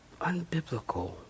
unbiblical